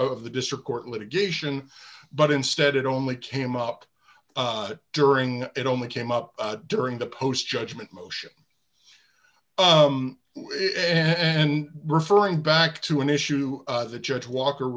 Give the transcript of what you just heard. of the district court litigation but instead it only came up during and only came up during the post judgment motion and referring back to an issue the judge walker